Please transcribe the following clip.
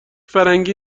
فرنگی